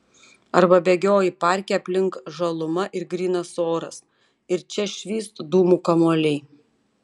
arba bėgioji parke aplink žaluma ir grynas oras ir čia švyst dūmų kamuoliai